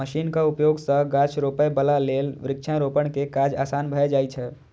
मशीनक उपयोग सं गाछ रोपै बला लेल वृक्षारोपण के काज आसान भए जाइ छै